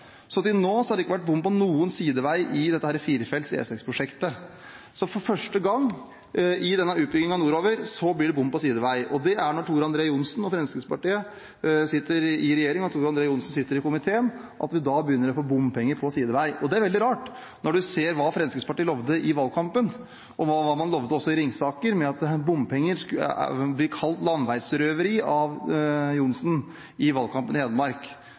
så for første gang i denne utbyggingen nordover blir det bom på sidevei. Det er når Fremskrittspartiet sitter i regjering og Tor André Johnsen sitter i komiteen, at vi begynner å få bompenger på sidevei. Det er veldig rart, når en ser hva Fremskrittspartiet lovte i valgkampen, og hva man også lovte i Ringsaker, ved at bompenger ble kalt landeveisrøveri av representanten Johnsen i valgkampen i Hedmark.